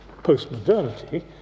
postmodernity